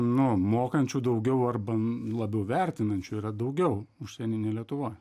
nu mokančių daugiau arba labiau vertinančių yra daugiau užsieny nei lietuvoj